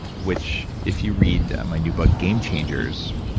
which if you read my new book, game changers,